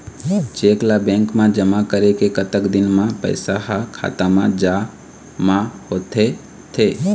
Cheque ला bank मा जमा करे के कतक दिन मा पैसा हा खाता मा जमा होथे थे?